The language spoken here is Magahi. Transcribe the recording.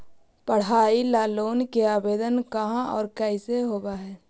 पढाई ल लोन के आवेदन कहा औ कैसे होब है?